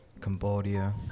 Cambodia